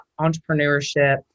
entrepreneurship